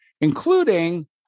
including